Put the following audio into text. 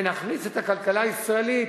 ונכניס את הכלכלה הישראלית,